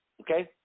Okay